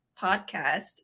podcast